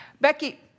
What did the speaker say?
Becky